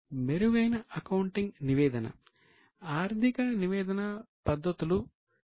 మెరుగైన అకౌంటింగ్ నివేదన ఆర్థిక నివేదన పద్ధతులు అవసరం